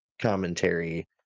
commentary